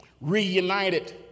reunited